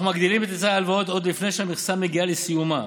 אנחנו מגדילים את היצע ההלוואות עוד לפני שהמכסה מגיעה לסיומה.